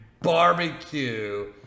barbecue